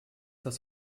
das